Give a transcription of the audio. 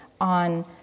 on